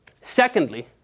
secondly